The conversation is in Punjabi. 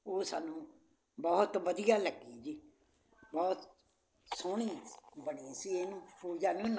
ਉਹ ਸਾਨੂੰ ਬਹੁਤ ਵਧੀਆ ਲੱਗੀ ਜੀ ਬਹੁਤ ਸੋਹਣੀ ਬਣੀ ਸੀ ਇਹਨੂੰ